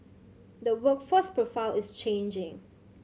the workforce profile is changing